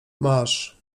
masz